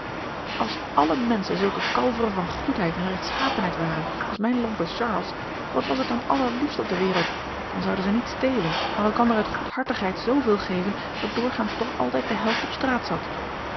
als alle menschen zulke kalveren van goedheid en regtschapenheid waren als mijn lompe charles wat was het dan allerliefst op de wereld dan zouden zij niet stelen maar elkander uit goedhartigheid zooveel geven dat doorgaans toch altijd de helft op straat zat